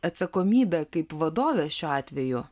atsakomybę kaip vadovės šiuo atveju